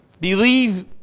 Believe